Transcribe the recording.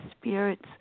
spirits